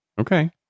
Okay